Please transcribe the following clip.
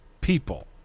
people